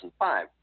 2005